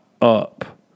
up